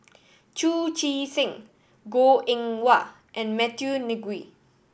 Chu Chee Seng Goh Eng Wah and Matthew Ngui